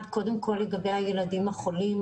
אחד, קודם כל לגבי הילדים החולים.